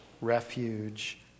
refuge